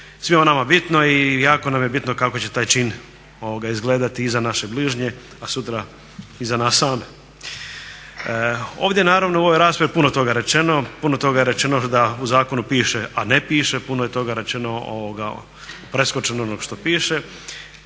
svima nama bitno i jako nam je bitno kako će taj čin izgledati i za naše bližnje a sutra i za nas same. Ovdje naravno u ovoj raspravi puno toga je rečeno, puno toga je rečeno da u zakonu piše, a ne piše. Puno je toga rečeno, preskočeno onog što piše,